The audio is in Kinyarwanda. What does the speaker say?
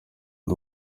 ndi